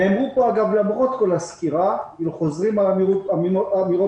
למרות כל הסקירה, חזרו פה על אמירות: